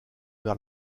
vers